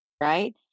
right